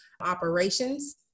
operations